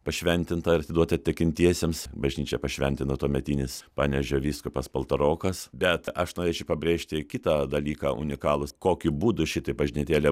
pašventinta ir atiduota tikintiesiems bažnyčią pašventino tuometinis panevėžio vyskupas paltarokas bet aš norėčiau pabrėžti kitą dalyką unikalų kokiu būdu šitai bažnytėlė